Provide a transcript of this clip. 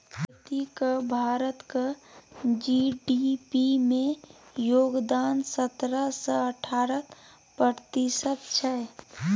खेतीक भारतक जी.डी.पी मे योगदान सतरह सँ अठारह प्रतिशत छै